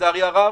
לצערי הרב.